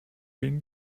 been